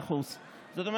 0.1%-. זאת אומרת,